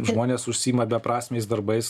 žmonės užsiima beprasmiais darbais